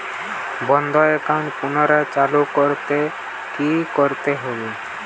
বন্ধ একাউন্ট পুনরায় চালু করতে কি করতে হবে?